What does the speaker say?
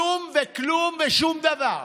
שום וכלום ושום דבר.